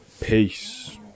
peace